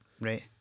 Right